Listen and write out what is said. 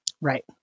Right